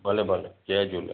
भले भले जय झूले